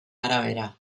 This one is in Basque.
arabera